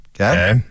Okay